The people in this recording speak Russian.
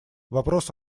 вопрос